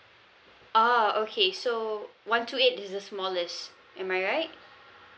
oh okay so one two eight is the smallest am I right